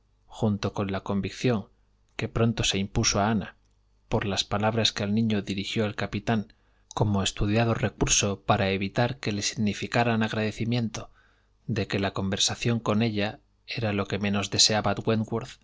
junto con la convicción que pronto se impuso a ana por las palabras que al niño dirigió el capitán como estudiado recurso para evitar que le significaran agradecimiento de que la conversación con ella era lo que menos deseaba